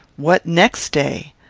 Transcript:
what next day!